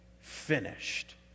finished